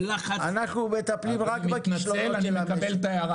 אנחנו מטפלים רק בכישלונות של המשק.